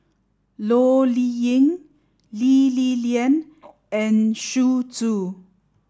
Loh Liying Lee Li Lian and Xu Zhu